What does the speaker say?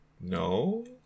no